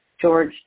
George